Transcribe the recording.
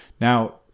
Now